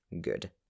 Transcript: Good